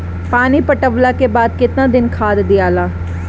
पानी पटवला के बाद केतना दिन खाद दियाला?